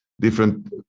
different